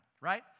right